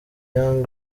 young